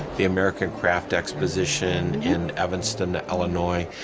the american craft exposition in evanston, illinois.